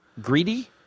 Greedy